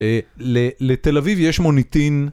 לתל אביב יש מוניטין.